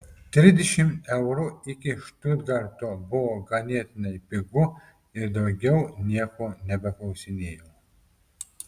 trisdešimt eurų iki štutgarto buvo ganėtinai pigu ir daugiau nieko nebeklausinėjau